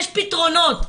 יש פתרונות,